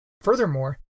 Furthermore